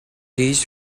reached